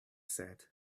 said